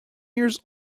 years